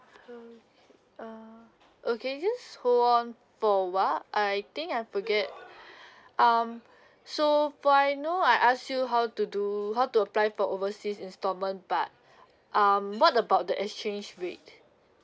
uh uh uh can you just hold on for a while I think I forget um so for I know I ask you how to do how to apply for overseas instalment but um what about the exchange rate